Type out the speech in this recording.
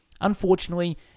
Unfortunately